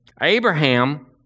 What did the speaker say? Abraham